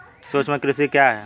सूक्ष्म कृषि क्या है?